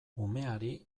umeari